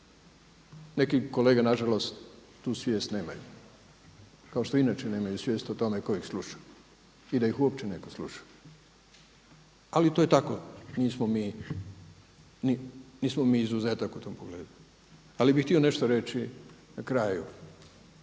Neki kolege na žalost tu svijest nemaju, kao što inače nemaju svijest o tome tko ih sluša i da ih uopće netko sluša. Ali to je tako. Nismo mi izuzetak u tom pogledu. Ali bih htio nešto reći na kraju.